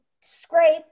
scrape